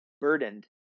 burdened